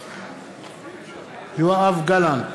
בעד יואב גלנט,